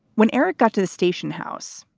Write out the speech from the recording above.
when eric got to the station house,